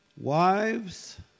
wives